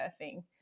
surfing